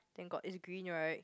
then got is green right